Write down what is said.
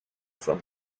from